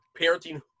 parenting